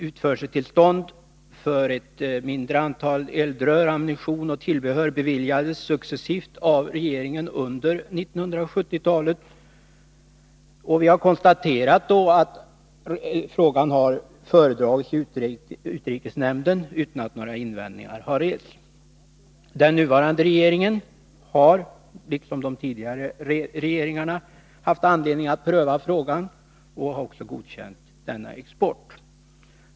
Utförseltillstånd för ett mindre antal eldrör, ammunition och tillbehör beviljades successivt av regeringen under 1970-talet. Vi har konstaterat att frågan har föredragits i utrikesnämnden utan att några invändningar har rests. Den nuvarande regeringen har, liksom de tidigare regeringarna, haft anledning att pröva frågan och också godkänt denna export.